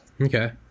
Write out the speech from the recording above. Okay